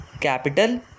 Capital